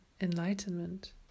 enlightenment